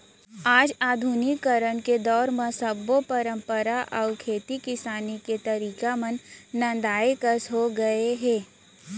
आज आधुनिकीकरन के दौर म सब्बो परंपरा अउ खेती किसानी के तरीका मन नंदाए कस हो गए हे